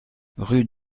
rue